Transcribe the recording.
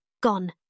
gone